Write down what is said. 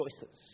choices